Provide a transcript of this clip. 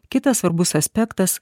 kitas svarbus aspektas